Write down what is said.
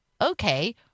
okay